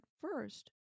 first